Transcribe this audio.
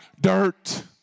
dirt